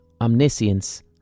omniscience